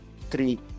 three